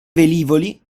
velivoli